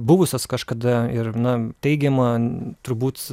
buvusius kažkada ir na taigiama turbūt